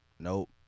Nope